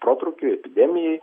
protrūkiui epidemijai